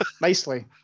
nicely